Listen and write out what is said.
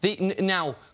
Now